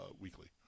Weekly